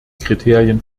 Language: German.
kriterien